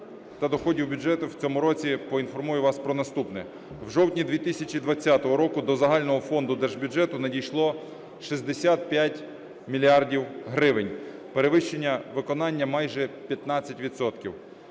В жовтні 2020 року до загального фонду держбюджету надійшло 65 мільярдів гривень - перевищення виконання майже 15